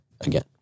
again